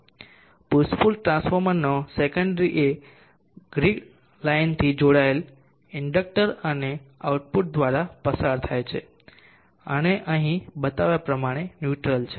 push pull ટ્રાન્સફોર્મરનો secondary એ ગ્રીક લાઇનથી જોડાયેલ ઇંડક્ટર અને આઉટપુટ દ્વારા પસાર થાય છે અને અહીં બતાવ્યા પ્રમાણે ન્યુટ્રલ છે